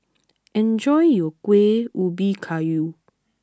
enjoy your Kuih Ubi Kayu